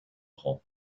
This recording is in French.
rang